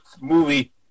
movie